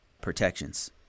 protections